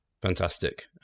Fantastic